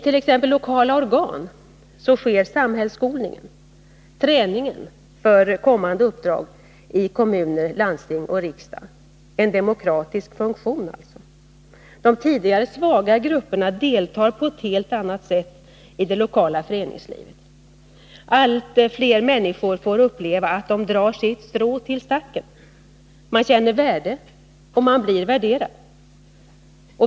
I lokala organ sker samhällsskolningen, träningen för kommande uppdrag i kommuner, landsting och riksdag. Det fyller alltså en demokratisk funktion. De tidigare svaga grupperna deltar på ett helt annat sätt i det lokala föreningslivet. Allt fler människor får uppleva att de drar sitt strå till stacken. De känner sitt värde, och de blir värderade.